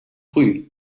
früh